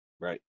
right